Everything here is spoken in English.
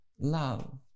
love